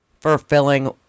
fulfilling